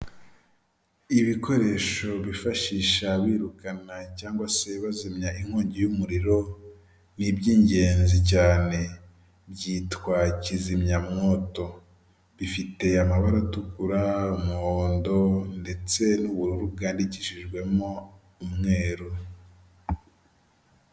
Ibikoresho bifashisha birukana cyangwa se bazimya inkongi y'umuriro, ni iby'ingenzi cyane, byitwa kizimyamwoto, bifite amabara atukura, umuhondo ndetse n'ubururu, bwandikishijwemo umweru.